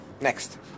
Next